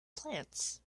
plants